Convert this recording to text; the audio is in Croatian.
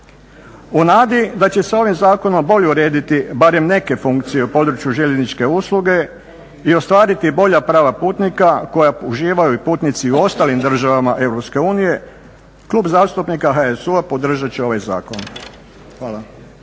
U nadi da će se ovim zakonom bolje urediti barem neke funkcije u području željezničke usluge i ostvariti bolja prava putnika koja uživaju i putnici u ostalim državama EU, Klub zastupnika HSU podržat će ovaj zakon.